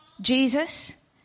Jesus